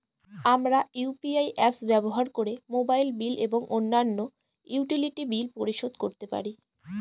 আমরা UPI apps ব্যবহার করে মোবাইল বিল এবং অন্যান্য ইউটিলিটি বিল পরিশোধ করতে পারি